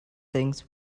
things